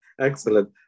excellent